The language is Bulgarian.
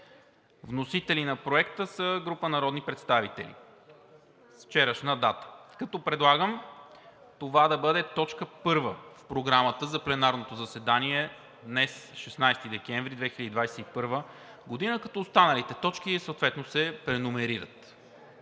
с вчерашна дата са група народни представители. Предлагам това да бъде точка първа в Програмата за пленарното заседание днес – 16 декември 2021 г., като останалите точки съответно се преномерират.